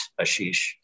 Ashish